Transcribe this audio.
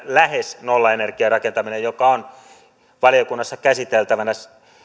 lähes nollaenergiarakentaminenhan joka on valiokunnassa käsiteltävänä